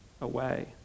away